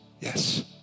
Yes